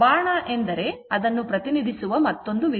ಬಾಣ ಎಂದರೆ ಅದನ್ನು ಪ್ರತಿನಿಧಿಸುವ ವಿಭಿನ್ನ ವಿಧಾನ